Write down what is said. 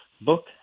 book